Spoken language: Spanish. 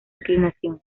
inclinación